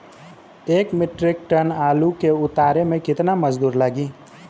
एक metric ton आलू के उतारे मे कितना मजदूर लागि?